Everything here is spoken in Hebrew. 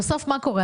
בסוף, מה קורה?